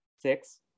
Six